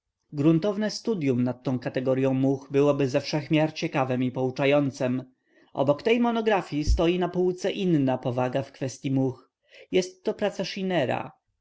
gruntowne studyum nad tą kategoryą much byłoby ze wszech miar ciekawem i pouczającem obok tj monografii stoi na półce inna powaga w kwestyi much jest to praca schinera